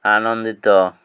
ଆନନ୍ଦିତ